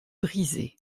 brisées